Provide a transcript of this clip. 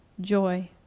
joy